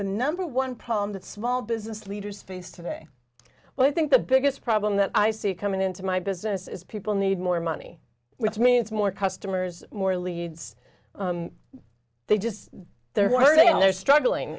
the number one problem that small business leaders face today well i think the biggest problem that i see coming into my business is people need more money which means more customers more leads they just they're hoarding they're struggling